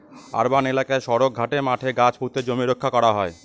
urban এলাকায় সড়ক, ঘাটে, মাঠে গাছ পুঁতে জমি রক্ষা করা হয়